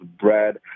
bread